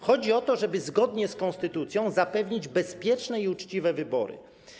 Chodzi o to, żeby zgodnie z konstytucją zapewnić bezpieczne i uczciwe wybory.